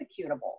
executable